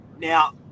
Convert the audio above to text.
now